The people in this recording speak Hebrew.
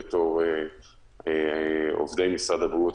בתור עובדי משרד הבריאות.